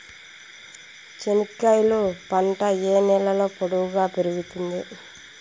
చెనక్కాయలు పంట ఏ నేలలో పొడువుగా పెరుగుతుంది?